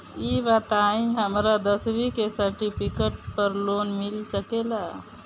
ई बताई हमरा दसवीं के सेर्टफिकेट पर लोन मिल सकेला?